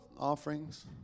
offerings